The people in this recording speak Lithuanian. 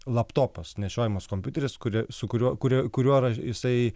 laptopas nešiojamas kompiuteris kuri su kuriuo kuria kuriuo jisai